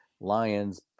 lions